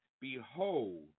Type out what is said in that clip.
Behold